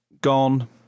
Gone